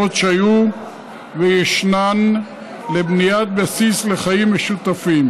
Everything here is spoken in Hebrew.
שהיו וישנן לבניית בסיס לחיים משותפים.